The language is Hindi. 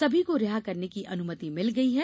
सभी को रिहा करने ेकी अनुमति मिल गयी है